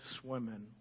swimming